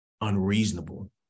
unreasonable